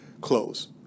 close